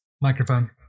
microphone